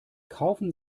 kaufen